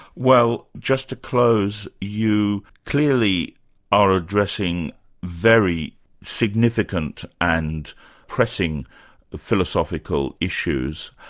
well just to close, you clearly are addressing very significant and pressing philosophical issues,